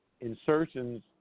Insertions